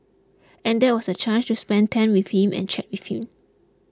and that was a chance to spend time with him and chat with him